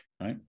right